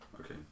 Okay